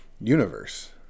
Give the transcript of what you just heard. universe